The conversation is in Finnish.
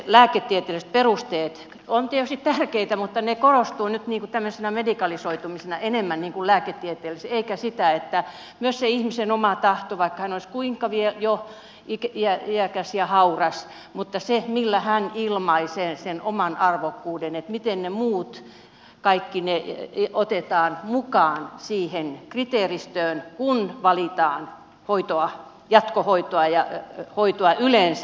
lääketieteelliset perusteet ovat tietysti tärkeitä mutta nyt korostuu tämmöinen medikalisoituminen enemmän niin kuin lääketieteelliset seikat eikä se että myös sillä ihmisellä on oma tahto vaikka hän olisi jo kuinka iäkäs ja hauras se millä hän ilmaisee sen oman arvokkuuden miten ne kaikki muut otetaan mukaan siihen kriteeristöön kun valitaan hoitoa jatkohoitoa ja hoitoa yleensä